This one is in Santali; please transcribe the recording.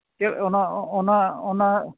ᱪᱮᱫ ᱚᱱᱟ ᱚᱱᱟ ᱚᱱᱟ